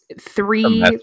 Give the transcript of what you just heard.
three